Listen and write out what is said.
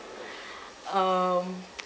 um